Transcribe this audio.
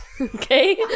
okay